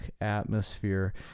atmosphere